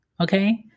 okay